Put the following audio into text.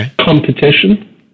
competition